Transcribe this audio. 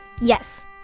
Yes